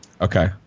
Okay